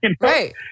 Right